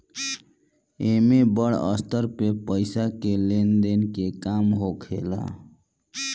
एमे बड़ स्तर पे पईसा के लेन देन के काम होखेला